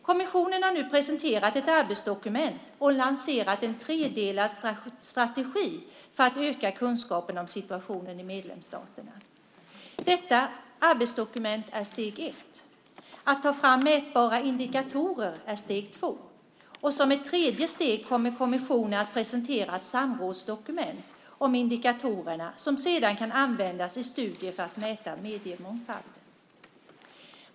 Kommissionen har nu presenterat ett arbetsdokument och lanserat en tredelad strategi för att öka kunskapen om situationen i medlemsstaterna. Detta arbetsdokument är steg ett. Att ta fram mätbara indikatorer är steg två. Som ett tredje steg kommer kommissionen att presentera ett samrådsdokument om indikatorerna som sedan kan användas i studier för att mäta mediemångfalden.